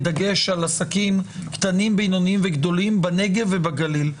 בדגש על עסקים קטנים בינוניים וגדולים בנגב ובגליל,